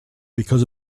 because